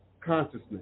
consciousness